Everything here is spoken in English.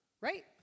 right